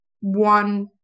one